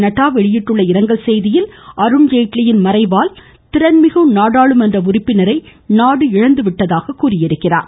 நட்டா வெளியிட்டுள்ள இரங்கல் செய்தியில் அருண்ஜேட்லியின் மறைவால் திறன்மிகு நாடாளுமன்ற உறுப்பினரை நாடு இழந்துள்ளதாக கூறியுள்ளார்